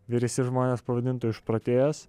vyresi žmonės pavadintų išprotėjęs